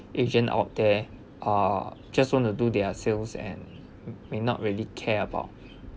agent out there are just wanna do their sales and may not really care about